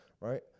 Right